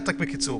בקיצור.